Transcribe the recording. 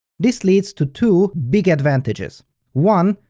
this leads to two big advantages one,